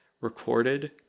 recorded